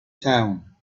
town